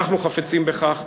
אנחנו חפצים בכך.